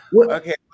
Okay